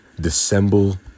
dissemble